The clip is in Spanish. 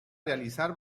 realizar